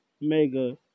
Mega